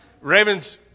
Raven's